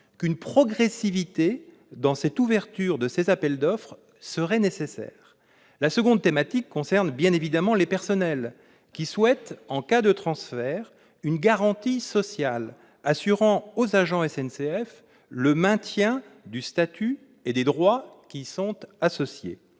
qu'une progressivité dans l'ouverture de ces appels d'offres serait nécessaire. La seconde thématique concerne bien évidemment les personnels, qui souhaitent, en cas de transfert, une garantie sociale assurant aux agents de la SNCF le maintien du statut et des droits qui y sont associés.